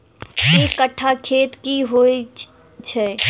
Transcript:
एक कट्ठा खेत की होइ छै?